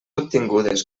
obtingudes